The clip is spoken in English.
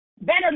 better